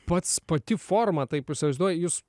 pats pati forma taip įsivaizduoju jūs